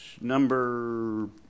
number